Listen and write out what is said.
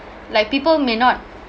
like people may not